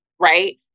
right